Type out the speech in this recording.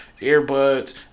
earbuds